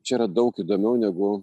čia yra daug įdomiau negu